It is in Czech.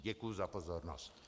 Děkuji za pozornost.